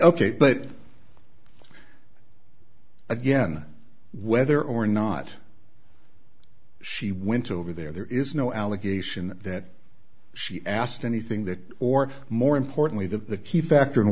ok but again whether or not she went over there there is no allegation that she asked anything that or more importantly the key factor